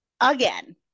again